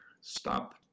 stop